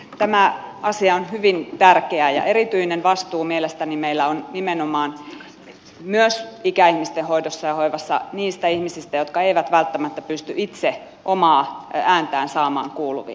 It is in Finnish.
tämä asia on hyvin tärkeä ja erityinen vastuu mielestäni meillä on nimenomaan myös ikäihmisten hoidossa ja hoivassa niistä ihmisistä jotka eivät välttämättä pysty itse omaa ääntään saamaan kuuluviin